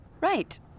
right